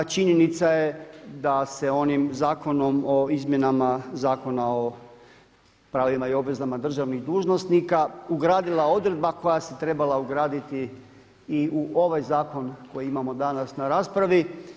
Činjenica je da se onim Zakonom o izmjenama Zakona o pravima i obvezama državnih dužnosnika ugradila odredba koja se trebala ugraditi i u ovaj zakon koji imamo danas na raspravi.